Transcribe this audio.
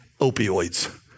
opioids